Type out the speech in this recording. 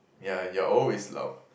ya you're always loud